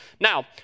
Now